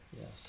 Yes